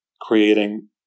creating